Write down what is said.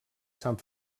sant